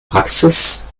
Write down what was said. praxis